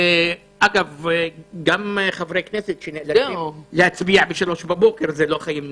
גם חבריי כנסת שנדרשים להצביע ב-03:00 לפנות בוקר זה לא חיים נורמליים.